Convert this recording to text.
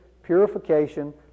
purification